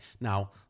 Now